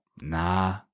nah